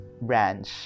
branch